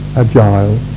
agile